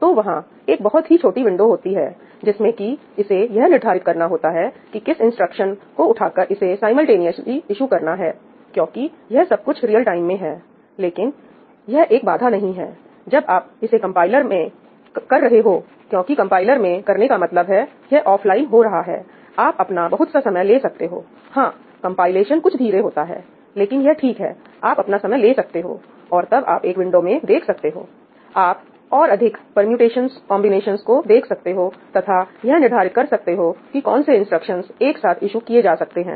तो वहां एक बहुत ही छोटी विंडो होती है जिसमें कि इसे यह निर्धारित करना होता है कि किस इंस्ट्रक्शन को उठाकर इसे साईंमल्टेनीएसली ईशु करना है क्योंकि यह सब कुछ रियल टाइम में है लेकिन यह एक बाधा नहीं है जब आप इसे कंपाइलर में कर रहे हो क्योंकि कंपाइलर में करने का मतलब है यह ऑफलाइन हो रहा है आप अपना बहुत सा समय ले सकते हो हां कंपाइलेशन कुछ धीरे होता है लेकिन यह ठीक है आप अपना समय ले सकते हो और तब आप एक बड़ी विंडो में देख सकते होआप और अधिक परम्यूटेशनस कांबिनेशंस को देख सकते हो तथा यह निर्धारित कर सकते हो कि कौन से इंस्ट्रक्शनस एक साथ ईशु किए जा सकते हैं